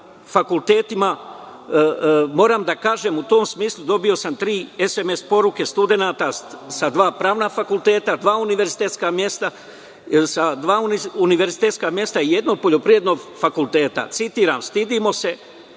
fakultetima. U tom smislu dobio sam tri sms poruke studenata sa dva pravna fakulteta, dva univerzitetska mesta, jednog poljoprivrednog fakulteta. Citiram: „Stidimo se